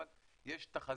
אבל יש תחזיות,